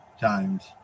times